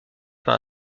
par